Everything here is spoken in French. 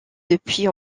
depuis